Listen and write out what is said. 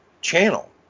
channel